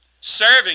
serving